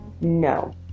No